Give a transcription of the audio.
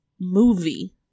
movie